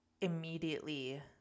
immediately